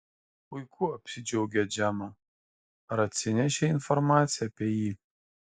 puiku apsidžiaugė džemą ar atsinešei informaciją apie jį